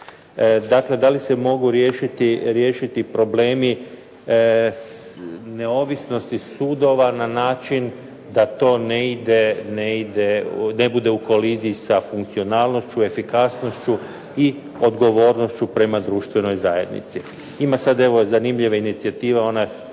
Dakle da li se mogu riješiti problemi neovisnosti sudova na način da to ne ide, ne bude u koliziji sa funkcionalnošću, efikasnošću i odgovornošću prema društvenoj zajednici. Ima sada evo zanimljiva inicijativa,